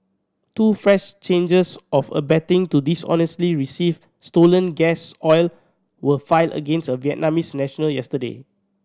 two fresh changes of abetting to dishonestly receive stolen gas oil were filed against a Vietnamese national yesterday